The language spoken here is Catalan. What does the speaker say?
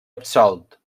absolt